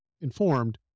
informed